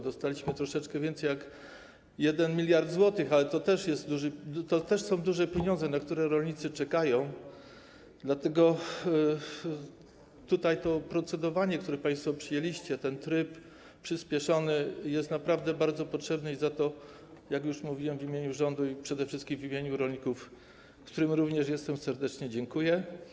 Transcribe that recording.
Dostaliśmy troszeczkę więcej jak 1 mld zł, ale to też są duże pieniądze, na które rolnicy czekają, dlatego tutaj to procedowanie, które państwo przyjęliście, ten tryb przyspieszony, jest naprawdę bardzo potrzebny i za to, jak już mówiłem, w imieniu rządu, a przede wszystkim w imieniu rolników, z którymi również jestem, serdecznie dziękuję.